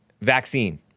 vaccine